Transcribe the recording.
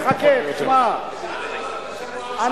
תשעה באב זה בעוד שבוע וחצי, פחות או יותר.